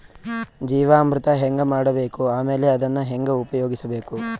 ಜೀವಾಮೃತ ಹೆಂಗ ಮಾಡಬೇಕು ಆಮೇಲೆ ಅದನ್ನ ಹೆಂಗ ಉಪಯೋಗಿಸಬೇಕು?